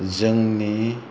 जोंनि